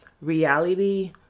reality